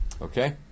Okay